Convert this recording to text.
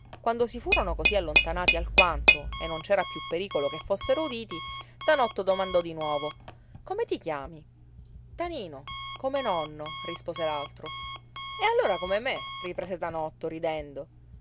quando si furono così allontanati alquanto e non c'era piú pericolo che fossero uditi tanotto domandò di nuovo come ti chiami tanino come nonno rispose l'altro e allora come me riprese tanotto ridendo